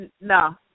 no